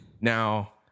Now